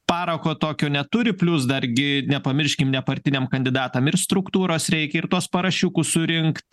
parako tokio neturi plius dargi nepamirškim nepartiniam kandidatam ir struktūros reikia ir tuos parašiukus surinkt